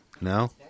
No